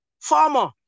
Farmer